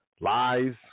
Lies